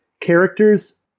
characters